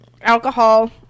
alcohol